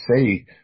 say